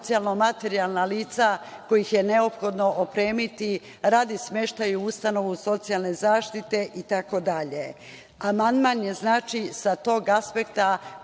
socijalno-materijalna lica kojih je neophodno opremiti radi smeštaja u ustanovu socijalne zaštite